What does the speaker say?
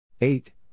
Eight